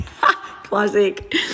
Classic